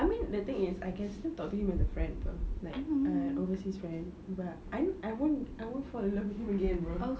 I mean the thing is I can still talk to him as a friend but like overseas friend but I mean I won't I won't fall in love with him again bro